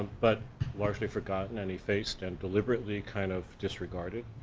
but largely forgotten and effaced, and deliberately kind of disregarded.